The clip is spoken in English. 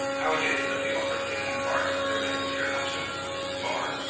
how it is that the upper thickened part of the ring is here absent for,